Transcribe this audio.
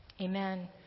Amen